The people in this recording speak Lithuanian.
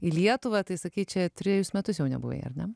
į lietuvą tai sakei čia trejus metus jau nebuvai ar ne